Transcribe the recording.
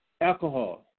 alcohol